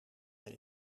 mijn